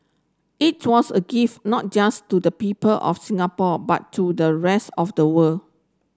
it was a gift not just to the people of Singapore but to the rest of the world